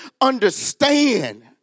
understand